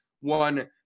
one